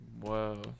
whoa